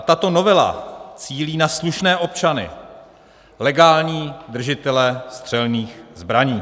Tato novela cílí na slušné občany, legální držitele střelných zbraní.